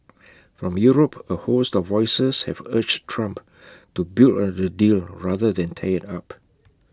from Europe A host of voices have urged Trump to build on the deal rather than tear IT up